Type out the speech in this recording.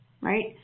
right